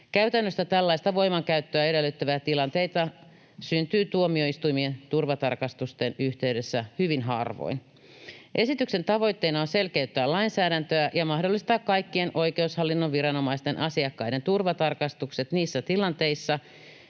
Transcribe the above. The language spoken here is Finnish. Käytännössä tällaista voimankäyttöä edellyttäviä tilanteita syntyy tuomioistuimien turvatarkastusten yhteydessä hyvin harvoin. Esityksen tavoitteena on selkeyttää lainsäädäntöä ja mahdollistaa kaikkien oikeushallinnon viranomaisten asiakkaiden turvatarkastukset niissä tilanteissa,